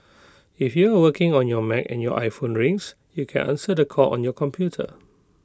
if you are working on your Mac and your iPhone rings you can answer the call on your computer